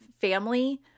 family